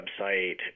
website